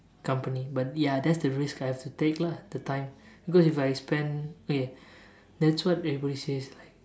company but ya that's the risk I have to take lah the time because if I spend okay that's what everybody says like